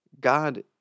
God